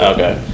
Okay